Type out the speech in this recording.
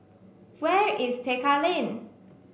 where is Tekka Lane